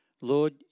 Lord